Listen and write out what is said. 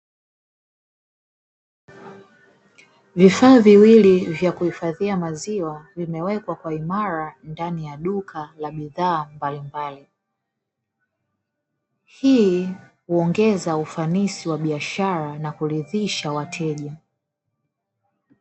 Vifaa viwili vya kuhifadhia maziwa, vimewekwa kwa uimara mbele ya duka kuna bidhaa mbalimbali, hii huongeza ufanisi wa biashara na kuridhisha wateja.